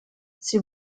sie